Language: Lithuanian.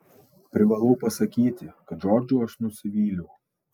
privalau pasakyti kad džordžu aš nusivyliau